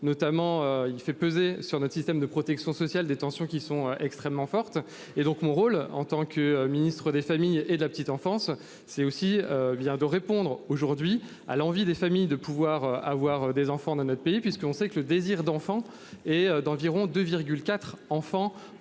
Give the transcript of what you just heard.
notamment il fait peser sur notre système de protection sociale des tensions qui sont extrêmement forte et donc mon rôle en tant que ministre des familles et de la petite enfance, c'est aussi bien de répondre aujourd'hui à l'envi des familles de pouvoir avoir des enfants dans notre pays puisqu'on sait que le désir d'enfant est d'environ 2, 4 enfants